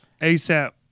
ASAP